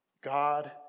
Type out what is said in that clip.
God